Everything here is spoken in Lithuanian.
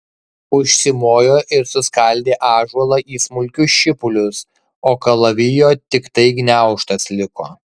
užsimojo ir suskaldė ąžuolą į smulkius šipulius o kalavijo tiktai gniaužtas liko